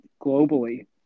globally